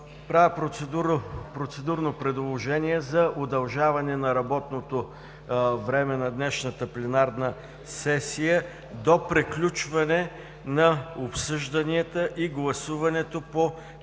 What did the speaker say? Правя процедурно предложение за удължаване на работното време на днешната пленарна сесия до приключване на обсъжданията и гласуването по точка